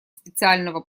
специального